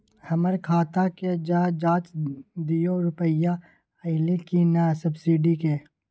हमर खाता के ज जॉंच दियो रुपिया अइलै की नय सब्सिडी के?